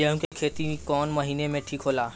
गेहूं के खेती कौन महीना में ठीक होला?